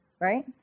Right